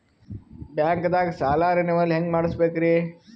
ಬ್ಯಾಂಕ್ದಾಗ ಸಾಲ ರೇನೆವಲ್ ಹೆಂಗ್ ಮಾಡ್ಸಬೇಕರಿ?